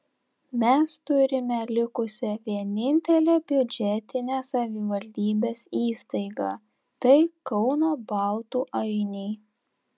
mes turime likusią vienintelę biudžetinę savivaldybės įstaigą tai kauno baltų ainiai